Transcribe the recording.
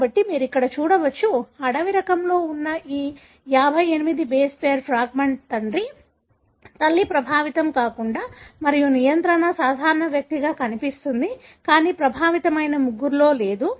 కాబట్టి మీరు ఇక్కడ చూడవచ్చు అడవి రకంలో ఉన్న ఈ 58 బేస్ పెయిర్ ఫ్రాగ్మెంట్ తండ్రి తల్లి ప్రభావితం కాకుండా మరియు నియంత్రణ సాధారణ వ్యక్తిగా కనిపిస్తుంది కానీ ప్రభావితమైన ముగ్గురిలో లేదు